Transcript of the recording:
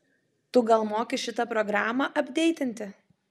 tu gal moki šitą programą apdeitinti